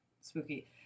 spooky